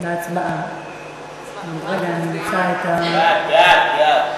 ההצעה להעביר את הנושא לוועדה